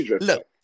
look